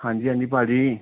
ਹਾਂਜੀ ਹਾਂਜੀ ਭਾਅ ਜੀ